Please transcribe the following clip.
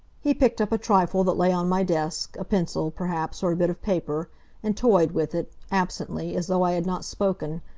he picked up a trifle that lay on my desk a pencil, perhaps, or a bit of paper and toyed with it, absently, as though i had not spoken.